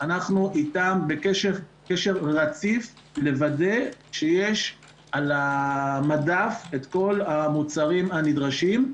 אנחנו אתם בקשר רציף לוודא שיש על המדף את כל המוצרים הנדרשים.